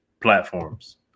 platforms